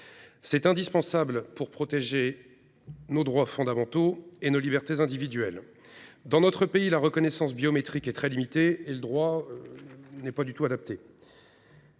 C'est indispensable pour protéger nos droits fondamentaux et nos libertés individuelles. Dans notre pays, la reconnaissance biométrique est très limitée et le droit n'est pas du tout adapté.